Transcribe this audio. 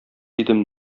идем